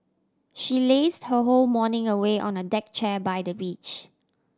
she lazed her whole morning away on a deck chair by the beach